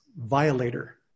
violator